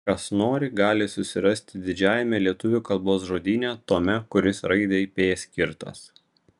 kas nori gali susirasti didžiajame lietuvių kalbos žodyne tome kuris raidei p skirtas